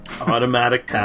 automatic